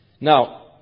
Now